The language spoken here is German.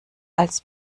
als